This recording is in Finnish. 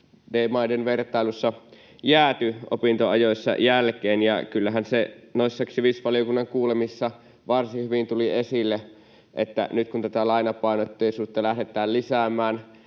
OECD-maiden vertailussa jääty opinto-ajoissa jälkeen, ja kyllähän se noissa sivistysvaliokunnan kuulemisissa varsin hyvin tuli esille, että nyt, kun tätä lainapainotteisuutta lähdetään lisäämään,